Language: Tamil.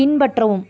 பின்பற்றவும்